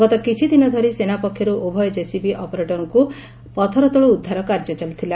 ଗତ କିଛି ଦିନ ଧରି ସେନା ପକ୍ଷରୁ ଉଭୟ ଜେସିପି ଅପରେଟରଙ୍କୁ ପଥର ତଳୁ ଉଦ୍ଧାର କାର୍ଯ୍ୟ ଚାଲିଥିଲା